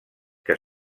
que